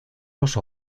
los